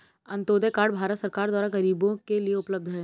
Antyodaya card Bharat सरकार द्वारा गरीबो के लिए उपलब्ध है